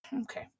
Okay